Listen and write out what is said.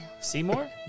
Seymour